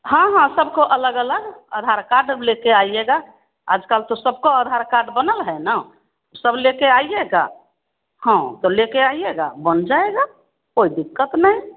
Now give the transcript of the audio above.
हाँ हाँ सब को अलग अलग अधार कार्ड ले कर आइएगा आज कल तो सब का अधार कार्ड बना है ना सब ले कर आइएगा हाँ तो ले कर आइएगा बन जाएगा कोई दिक्कत नहीं